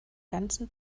ganzen